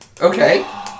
Okay